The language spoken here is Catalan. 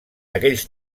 aquells